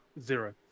Zero